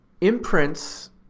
imprints